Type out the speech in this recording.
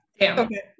Okay